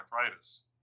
arthritis